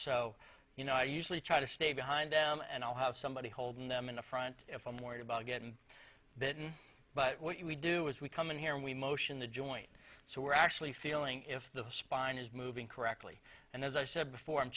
know i usually try to stay behind them and i'll have somebody holding them in the front if i'm worried about getting bitten but what you do is we come in here and we motion the joint so we're actually feeling if the spine is moving correctly and as i said before i'm